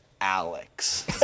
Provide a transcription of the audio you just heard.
Alex